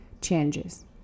changes